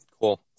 Cool